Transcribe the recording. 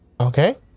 okay